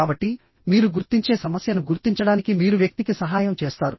కాబట్టి మీరు గుర్తించే సమస్యను గుర్తించడానికి మీరు వ్యక్తికి సహాయం చేస్తారు